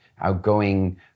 outgoing